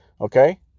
Okay